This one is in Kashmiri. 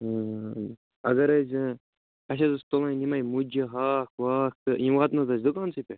اگر حظ اسہِ حظ ٲسۍ تُلٕنۍ یِمَے مُجہٕ ہاکھ واکھ تہٕ یِم واتہٕ نَہ حظ اسہِ دُکانسٕے پٮ۪ٹھ